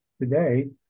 today